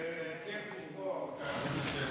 זה כיף לשמוע אותך, זה בסדר.